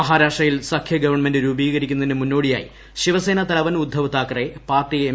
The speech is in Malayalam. മഹാരാഷ്ട്രയിൽ സഖ്യ ഗവണ്മെന്റ് രൂപീകരിക്കുന്നതിനു മുന്നോടിയായി ശിവസേന തലവൻ ഉദ്ധവ് താക്കറെ പാർട്ടി എം